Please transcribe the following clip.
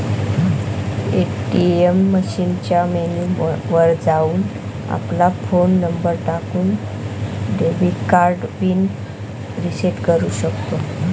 ATM मशीनच्या menu वर जाऊन, आपला फोन नंबर टाकून, डेबिट कार्ड पिन रिसेट करू शकतो